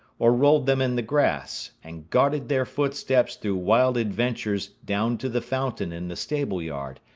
or rolled them in the grass, and guarded their footsteps through wild adventures down to the fountain in the stable yard,